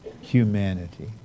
humanity